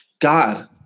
God